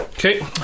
Okay